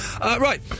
Right